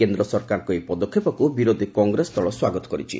କେନ୍ଦ୍ର ସରକାରଙ୍କର ଏହି ପଦକ୍ଷେପକୁ ବିରୋଧୀ କଂଗ୍ରେସ ଦଳ ସ୍ୱାଗତ କରିଛି